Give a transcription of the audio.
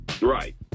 Right